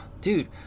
dude